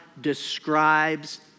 describes